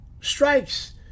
strikes